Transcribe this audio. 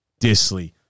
Disley